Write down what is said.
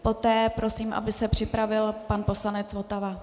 Poté prosím, aby se připravil pan poslanec Votava.